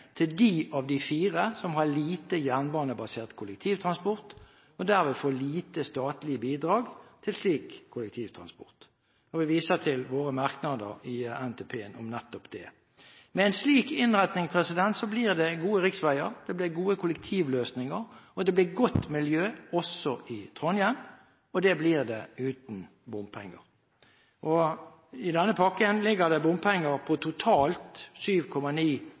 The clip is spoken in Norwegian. til de av de fire som har lite jernbanebasert kollektivtransport, og derved får lite statlig bidrag til slik kollektivtransport. Jeg viser til våre merknader i forbindelse med NTP om nettopp det. Med en slik innretning blir det gode riksveier, det blir gode kollektivløsninger, og det blir godt miljø også i Trondheim – og det blir det uten bompenger. I denne pakken ligger det bompenger på totalt 7,9